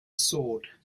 sword